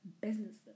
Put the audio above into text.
businesses